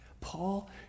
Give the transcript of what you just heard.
Paul